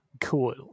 cool